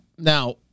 Now